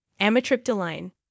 Amitriptyline